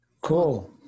Cool